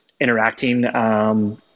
interacting